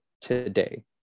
today